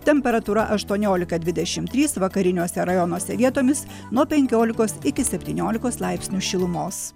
temperatūra aštuoniolika dvidešim trys vakariniuose rajonuose vietomis nuo penkiolikos iki septyniolikos laipsnių šilumos